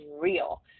real